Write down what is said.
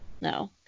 no